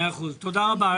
תודה.